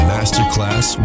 Masterclass